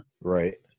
Right